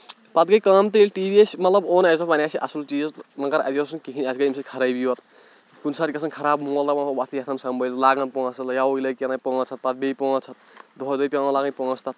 پَتہٕ گٔے کٲم تہٕ ییٚلہِ ٹی وی اَسہِ مطلب اوٚن اَسہِ دوٚپ وۄنۍ آسہِ یہِ اَصٕل چیٖز تہٕ مَگَر یہِ اوس نہٕ کِہیٖنۍ اَسہِ گٔے اَمہِ سۭتۍ خرٲبی یور کُنہِ ساتہٕ چھِ گژھان خراب مول دَپان وۄتھ یَتھ اَن سنٛبٲلِتھ لاگان پونٛسہٕ یَوٕے لٔگۍ کیٛاہ تام پانٛژھ ہَتھ پَتہٕ بیٚیہِ پانٛژھ ہَتھ دۄہَے دۄہَے پٮ۪وان لاگٕنۍ پونٛسہٕ تَتھ